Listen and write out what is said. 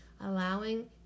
allowing